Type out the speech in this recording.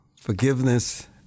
forgiveness